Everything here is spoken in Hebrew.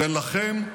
ולכם,